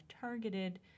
targeted